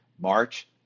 March